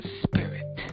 spirit